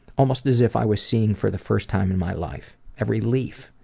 almost as if i was seeing for the first time in my life. every leaf.